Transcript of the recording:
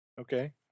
Okay